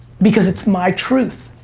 because it's my truth.